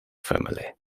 family